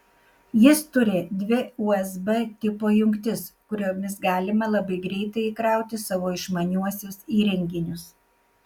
jis turi dvi usb tipo jungtis kuriomis galima labai greitai įkrauti savo išmaniuosius įrenginius